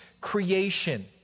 creation